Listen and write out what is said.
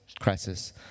crisis